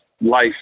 life